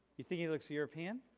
you think he looks european?